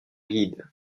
guide